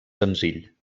senzill